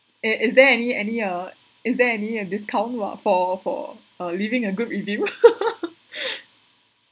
it is there any any uh is there any a discount !wah! for for uh leaving a good review